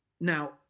Now